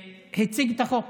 והציג את החוק,